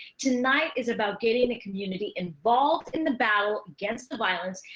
tonight is about getting and the community involved in the battle against the violence.